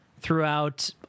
throughout